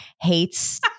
hates